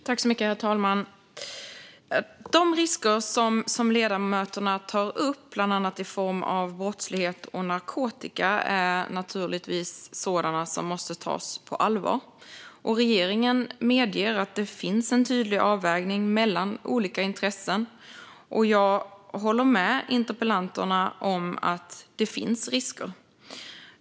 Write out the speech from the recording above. Herr ålderspresident! De risker ledamöterna tar upp, bland annat i form av brottslighet och narkotika, är naturligtvis sådana som måste tas på allvar. Regeringen medger att det finns en tydlig avvägning mellan olika intressen, och jag håller med interpellanterna om att det finns risker.